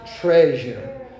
treasure